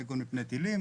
מיגון מפני טילים